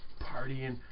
partying